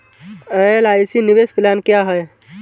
LIC निवेश plan क्या है?